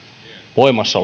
voimassa